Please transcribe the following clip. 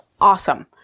Awesome